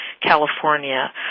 California